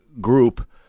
group